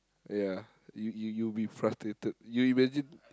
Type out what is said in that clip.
ya you you'd be frustrated you imagine